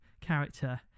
character